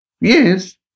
Yes